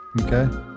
okay